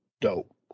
dope